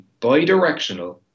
bidirectional